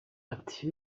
ati